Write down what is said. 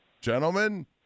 Gentlemen